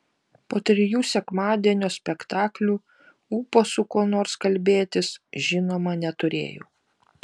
po trijų sekmadienio spektaklių ūpo su kuo nors kalbėtis žinoma neturėjau